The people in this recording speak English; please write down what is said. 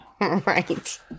Right